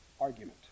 argument